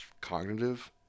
cognitive